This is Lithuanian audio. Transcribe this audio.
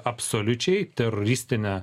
absoliučiai teroristine